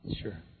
Sure